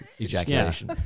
ejaculation